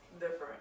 different